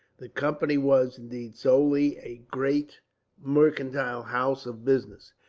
the company was, indeed, solely a great mercantile house of business.